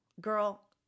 Girl